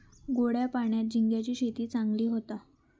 गोड्या पाण्यात झिंग्यांची शेती चांगली होता